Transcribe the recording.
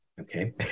Okay